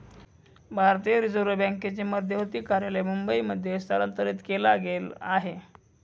भारतीय रिझर्व बँकेचे मध्यवर्ती कार्यालय मुंबई मध्ये स्थलांतरित केला गेल आहे